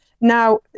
Now